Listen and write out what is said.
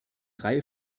reihe